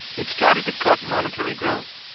it started to cut monetary growth.